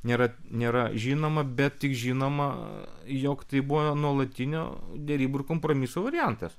nėra nėra žinoma bet tik žinoma jog tai buvo nuolatinio derybų ir kompromiso variantas